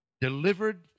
Delivered